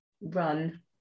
Run